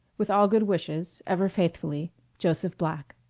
with all good wishes ever faithfully joseph black.